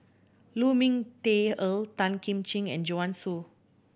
Lu Ming Teh Earl Tan Kim Ching and Joanne Soo